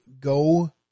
go